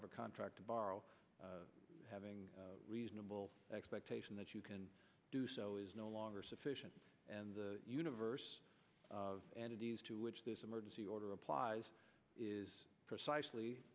have a contract to borrow having a reasonable expectation that you can do so is no longer sufficient and the universe and it is to which this emergency order applies is precisely